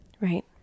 right